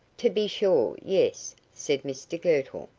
to be sure, yes, said mr girtle.